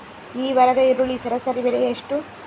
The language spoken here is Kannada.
ಈ ವಾರದ ಈರುಳ್ಳಿ ಸರಾಸರಿ ಬೆಲೆ ಎಷ್ಟು?